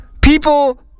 people